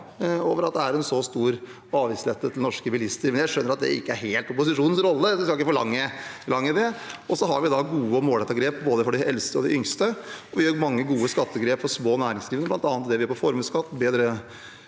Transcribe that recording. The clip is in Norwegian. over at det er en så stor avgiftslette til norske bilister, men jeg skjønner at det ikke er helt opposisjonens rolle, så jeg skal ikke forlange det. Vi har gode og målrettede grep både for de eldste og for de yngste. Vi gjør mange gode skattegrep for små næringsdrivende, bl.a. det vi gjør på formuesskatt, f.eks.